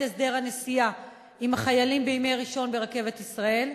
הסדר הנסיעה של החיילים בימי ראשון ברכבת ישראל?